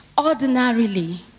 ordinarily